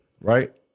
right